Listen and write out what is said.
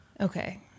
Okay